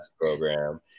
program